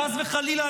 חס וחלילה,